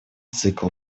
цикл